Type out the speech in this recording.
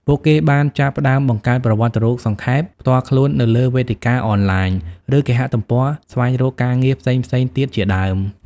ពួកគេបានចាប់ផ្តើមបង្កើត ប្រវត្តិរូបសង្ខេប ផ្ទាល់ខ្លួននៅលើវេទិកាអនឡាញ ឬគេហទំព័រស្វែងរកការងារផ្សេងៗទៀតជាដើម។